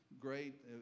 great